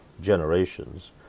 generations